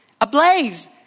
Ablaze